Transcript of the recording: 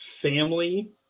family